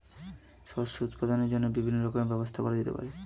শস্য উৎপাদনের জন্য বিভিন্ন রকমের ব্যবস্থা করা যেতে পারে